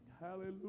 Hallelujah